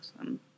awesome